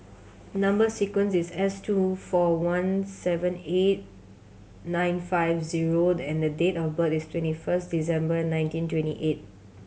number sequence is S two four one seven eight nine five zero and date of birth is twenty first December nineteen twenty eight